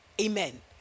Amen